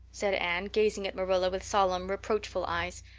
said anne, gazing at marilla with solemn, reproachful eyes.